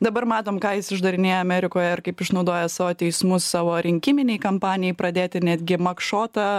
dabar matom ką jis išdarinėja amerikoje ar kaip išnaudoja savo teismus savo rinkiminei kampanijai pradėti netgi makšotą